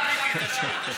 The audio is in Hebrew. מיקי, תשיר.